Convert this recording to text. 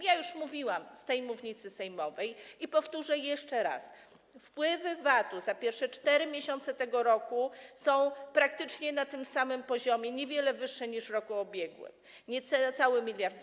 Ja już mówiłam z tej mównicy sejmowej, powtórzę jeszcze raz, że wpływy z VAT-u za pierwsze 4 miesiące tego roku są praktycznie na tym samym poziomie, niewiele wyższe niż w roku ubiegłym, tj. niecały 1 mld zł.